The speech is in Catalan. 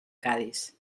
cadis